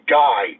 guy